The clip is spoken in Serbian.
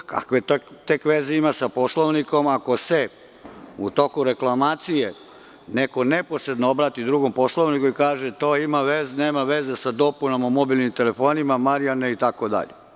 A kakve tek veze ima sa Poslovnikom, ako se u toku reklamacije neko neposredno obrati drugom poslaniku i kaže to nema veze sa dopunom mobilnih telefona, Marijane itd.